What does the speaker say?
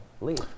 leave